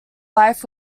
life